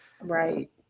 right